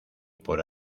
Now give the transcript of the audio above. por